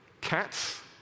cats